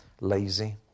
lazy